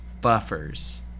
buffers